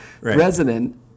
resident